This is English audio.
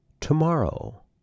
tomorrow